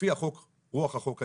לפי רוח החוק הישראלית,